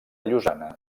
llosana